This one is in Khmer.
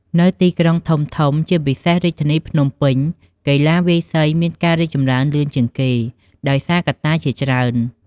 នៅទីក្រុងធំៗ ជាពិសេសរាជធានីភ្នំពេញ កីឡាវាយសីមានការរីកចម្រើនលឿនជាងគេ ដោយសារកត្តាជាច្រើន។